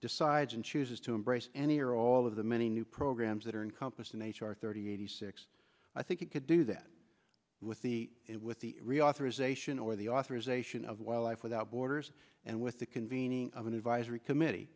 decides and chooses to embrace any or all of the many new programs that are encompassed in h r thirty eighty six i think you could do that with the with the reauthorization or the authorization of wildlife without borders and with the convening of an advisory committee